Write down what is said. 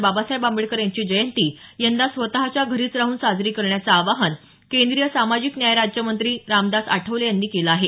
बाबासाहेब आंबेडकर यांची जयंती यंदा स्वतच्या घरीच राहून साजरी करण्याचं आवाहन केंद्रीय सामाजिक न्याय राज्यमंत्री रामदास आठवले यांनी केलं आहे